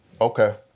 okay